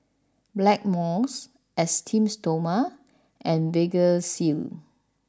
Blackmores Esteem Stoma and Vagisil